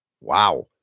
Wow